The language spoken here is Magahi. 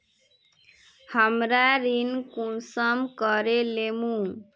हमरा ऋण कुंसम करे लेमु?